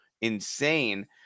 insane